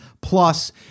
plus